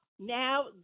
now